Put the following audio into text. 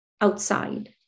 outside